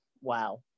wow